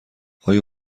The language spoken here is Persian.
آیا